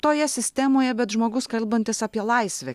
toje sistemoje bet žmogus kalbantis apie laisvę